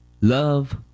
love